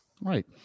Right